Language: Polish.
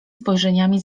spojrzeniami